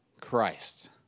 Christ